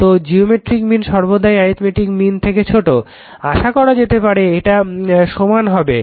তো geometric mean সর্বদাই arithmetic mean থেকে ছোট আশা করা যেতে পারে এটা সমান হবে